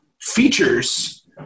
features